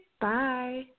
Bye